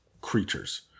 creatures